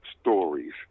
stories